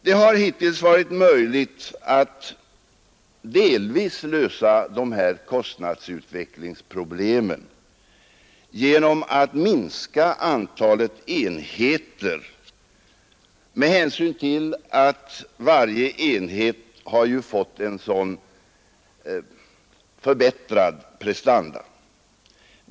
Det har hittills varit möjligt att delvis lösa de här kostnadsutvecklingsproblemen genom att minska antalet enheter med hänsyn till att varje enhet har fått så förbättrade prestanda.